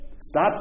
Stop